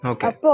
Okay